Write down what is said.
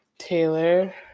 Taylor